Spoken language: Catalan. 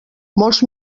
molts